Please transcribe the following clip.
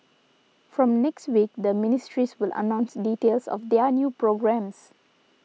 from next week the ministries will announce details of their new programmes